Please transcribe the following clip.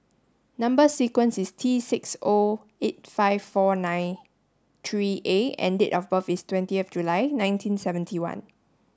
number sequence is T six O eight five four nine three A and date of birth is twentieth July nineteen seventy one